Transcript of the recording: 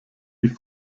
die